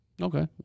Okay